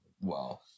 Wow